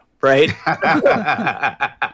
Right